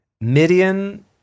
Midian